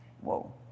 Whoa